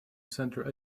central